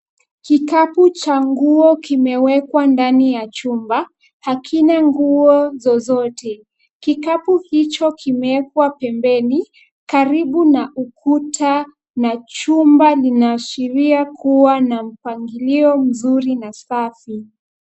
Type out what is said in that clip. Kikapu cha nguo kimewekwa ndani ya chumba, hakina nguo zozote. Kikapu hicho kimewekwa pembeni karibu na ukuta na chumba linaashiria kuwa na mpangilio mzuri na safi.